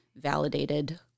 validated